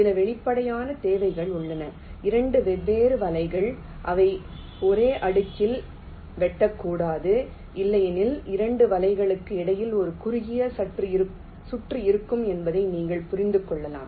சில வெளிப்படையான தேவைகள் உள்ளன 2 வெவ்வேறு வலைகள் அவை ஒரே அடுக்கில் வெட்டக்கூடாது இல்லையெனில் 2 வலைகளுக்கு இடையில் ஒரு குறுகிய சுற்று இருக்கும் என்பதை நீங்கள் புரிந்து கொள்ளலாம்